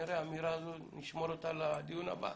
כנראה האמירה הזו, נשמור אותה לדיון הבא.